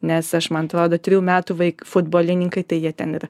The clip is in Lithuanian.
nes aš man atrodo trijų metų vaik futbolininkai tai jie ten ir